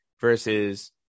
versus